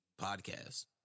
podcasts